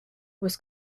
was